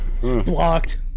Blocked